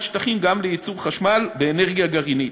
שטחים גם לייצור חשמל באנרגיה גרעינית,